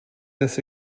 this